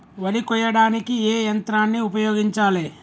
వరి కొయ్యడానికి ఏ యంత్రాన్ని ఉపయోగించాలే?